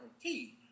tea